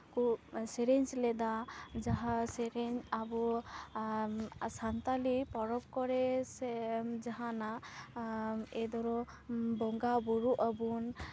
ᱥᱮᱨᱮᱧ ᱞᱮᱫᱟ ᱡᱟᱦᱟᱸ ᱥᱮᱨᱮᱧ ᱟᱵᱚ ᱥᱟᱱᱛᱟᱞᱤ ᱯᱚᱨᱚᱵᱽ ᱠᱚᱨᱮ ᱥᱮ ᱡᱟᱦᱟᱱᱟᱜ ᱮᱭ ᱫᱷᱚᱨᱚ ᱵᱚᱸᱜᱟ ᱵᱩᱨᱩᱜ ᱟᱵᱚᱱ